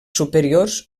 superiors